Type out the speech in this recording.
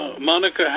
Monica